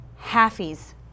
halfies